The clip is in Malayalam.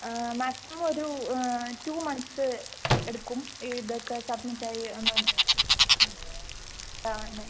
മാക്സിമം ഒരു ടു മന്ത്സ് എടുക്കും ഇതൊക്കെ സബ്മിറ്റായി ഒന്ന് ആ ആവണെങ്കിൽ